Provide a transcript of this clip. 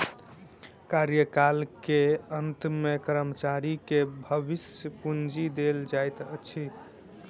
कार्यकाल के अंत में कर्मचारी के भविष्य पूंजी देल जाइत अछि